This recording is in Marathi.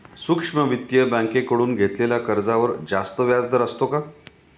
सूक्ष्म वित्तीय बँकेकडून घेतलेल्या कर्जावर जास्त व्याजदर असतो का?